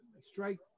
strike